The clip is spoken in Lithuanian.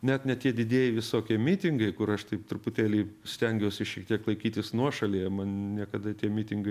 net ne tie didieji visokie mitingai kur aš taip truputėlį stengiuosi šiek tiek laikytis nuošalyje man niekada tie mitingai